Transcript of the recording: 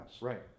Right